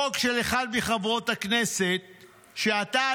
חוק של אחת מחברות הכנסת שאתה,